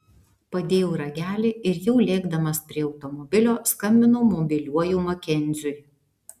padėjau ragelį ir jau lėkdamas prie automobilio skambinau mobiliuoju makenziui